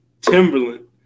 Timberland